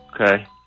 Okay